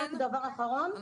ודבר אחרון,